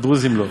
הדרוזים לא.